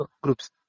groups